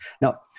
Now